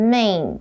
Main